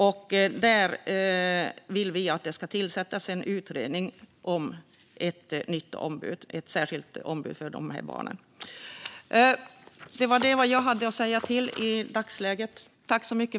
Vi vill att det tillsätts en utredning om ett nytt särskilt ombud för dessa barn. Detta var vad jag hade att säga i dagsläget.